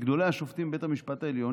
מגדולי השופטים בבית המשפט העליון,